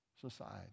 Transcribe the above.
society